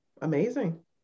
amazing